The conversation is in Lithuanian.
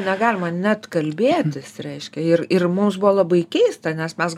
negalima net kalbėtis reiškia ir ir mus buvo labai keista nes mes